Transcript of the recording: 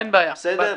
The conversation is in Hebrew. בסדר?